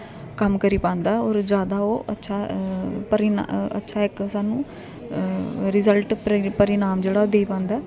कम्म करी पांदा ऐ होर जादा ओह् अच्छा परिणाम अच्छा इक सानूं रिजल्ट परिणाम जेह्ड़ा ओह् देई पांदा